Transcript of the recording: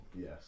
Yes